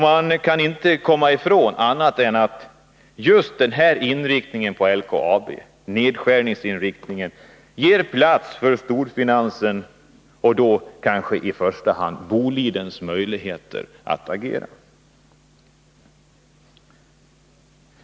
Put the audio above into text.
Man kan inte komma ifrån att denna inriktning på nedskärning av LKAB ger plats för storfinansens, kanske i första hand Bolidens, möjligheter att agera.